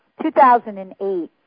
2008